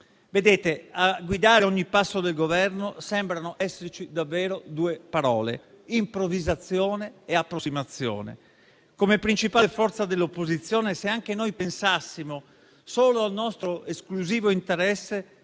sociale. A guidare ogni passo del Governo sembrano esserci davvero due parole: improvvisazione e approssimazione. Come principale forza dell'opposizione, se anche noi pensassimo solo al nostro esclusivo interesse,